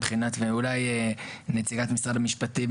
ואולי נציגת משרד המשפטים,